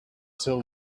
till